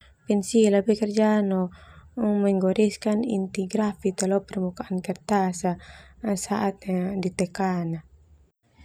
Pensil bekerja no menggoreskan inti gratif lo permukaan kertas hesitation saat ditekan.